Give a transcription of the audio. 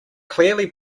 clearly